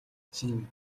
чинь